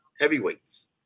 heavyweights